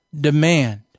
demand